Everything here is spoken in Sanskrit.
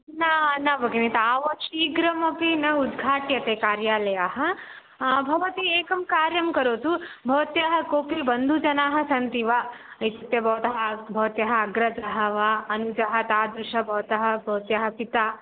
न न भगिनि तावत् शीघ्रमपि न उद्घाट्यते कार्यालयाः भवती एकं कार्यं करोतु भवत्याः कोपि बन्धुजनाः सन्ति वा इत्युक्ते भवत्याः भवत्याः अग्रजः वा अनुजः तादृशः भवत्याः भवत्याः पिता